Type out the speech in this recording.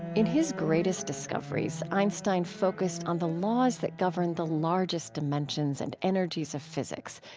in his greatest discoveries, einstein focused on the laws that govern the largest dimensions and energies of physics.